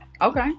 Okay